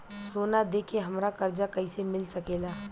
सोना दे के हमरा कर्जा कईसे मिल सकेला?